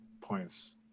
points